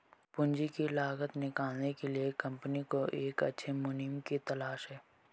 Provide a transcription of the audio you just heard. पूंजी की लागत निकालने के लिए कंपनी को एक अच्छे मुनीम की तलाश है